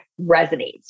resonates